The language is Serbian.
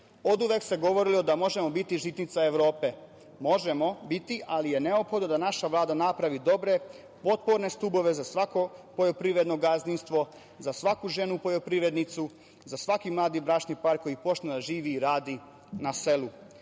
se govori da možemo biti žitnica Evrope. Možemo biti, ali je neophodno da naša Vlada napravi dobre potporne stubove za svako poljoprivredno gazdinstvo, za svaku ženu poljoprivrednicu, za svaki mladi bračni par koji počne da živi i radi na